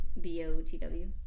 B-O-T-W